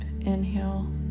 inhale